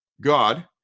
God